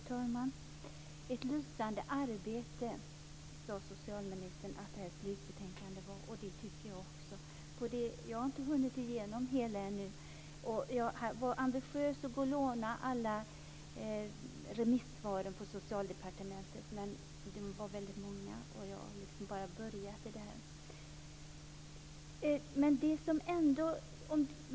Herr talman! Socialministern sade att slutbetänkandet är ett lysande arbete, och det tycker också jag. Jag har ännu inte hunnit gå igenom hela betänkandet. Jag har också varit ambitiös nog att låna alla remisssvaren på Socialdepartementet, men de är väldigt många, och jag har bara börjat studera dem.